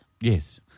Yes